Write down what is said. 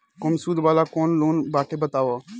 कम सूद वाला कौन लोन बाटे बताव?